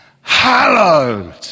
hallowed